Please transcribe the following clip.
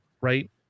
right